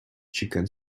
chicken